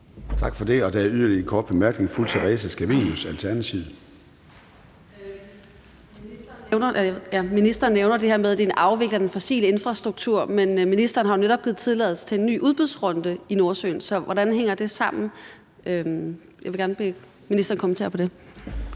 Tak for det. Og der er yderligere en kort bemærkning. Fru Theresa Scavenius, Alternativet. Kl. 10:30 Theresa Scavenius (ALT): Ministeren nævner det her med, at det er en afvikling af den fossile infrastruktur, men ministeren har netop givet tilladelse til en ny udbudsrunde i Nordsøen, så hvordan hænger det sammen? Jeg vil gerne bede ministeren om at kommentere på det.